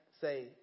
say